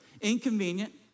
Inconvenient